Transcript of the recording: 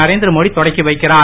நரேந்திரமோடி தொடக்கி வைக்கிறார்